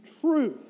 truth